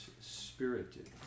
spirited